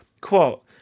Quote